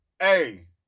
Hey